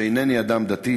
שאינני אדם דתי,